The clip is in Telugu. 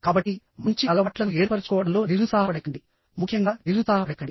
కాబట్టిమంచి అలవాట్లను ఏర్పరచుకోవడంలో నిరుత్సాహపడకండిముఖ్యంగా నిరుత్సాహపడకండి